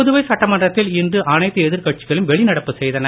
புதுவை சட்டமன்றத்தில் இன்று அனைத்து எதிர்கட்சிகளும் வெளிநடப்பு செய்தன